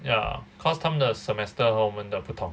ya cause 她们的 semester 和我们的不同